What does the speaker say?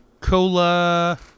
Cola